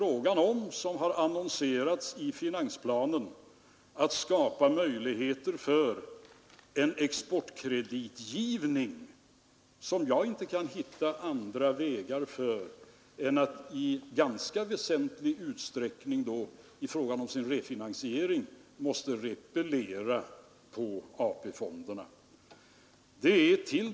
Åtminstone kunde man väl då säga sig att detta rimligtvis borde ha givit utslag dels i en stark ökning av importen, dels i en egen konsumtion som reducerar exporten.